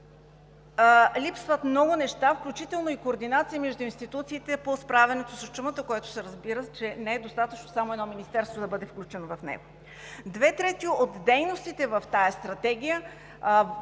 липсват много неща, включително и координация между институциите по справянето с чумата, с което се разбира, че не е достатъчно само едно министерство да бъде включено в него. Две трети от дейностите в тази стратегия